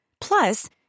Plus